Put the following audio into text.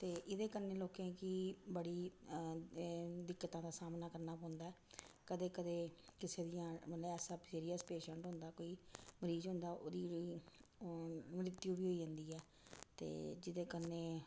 ते एह्दे कन्नै लोकें गी बड़ी दिक्कतां दा सामना करना पौंदा ऐ कदें कदें किसे दियां मतलब ऐसा सीरियस पेशैंट होंदा कोई मरीज होंदा ओह्दी जे मृत्यु बी होई जंदी ऐ ते जेह्दे कन्नै